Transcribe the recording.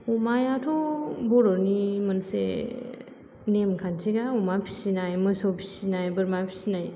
अमायाथ' बर'नि मोनसे नेमखान्थिखा अमा फिसिनाय मोसौ फिसिनाय बोरमा फिसिनाय